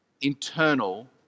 internal